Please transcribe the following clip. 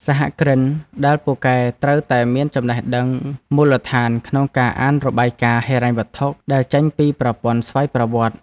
សហគ្រិនដែលពូកែត្រូវតែមានចំណេះដឹងមូលដ្ឋានក្នុងការអានរបាយការណ៍ហិរញ្ញវត្ថុដែលចេញពីប្រព័ន្ធស្វ័យប្រវត្តិ។